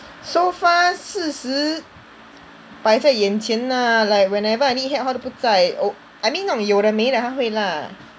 so far 事实摆在眼前 lah like whenever I need help 他都不再 oh I mean 那种有的没的他会 lah